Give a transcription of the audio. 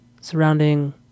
surrounding